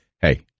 hey